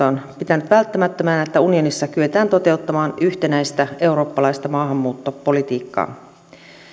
on pitänyt välttämättömänä että unionissa kyetään toteuttamaan yhtenäistä eurooppalaista maahanmuuttopolitiikkaa